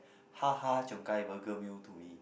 Ha Ha-Cheong-Gai burger meal to me